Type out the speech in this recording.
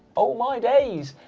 oh my days.